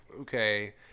okay